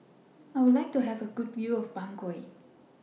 I Would like to Have A Good View of Bangui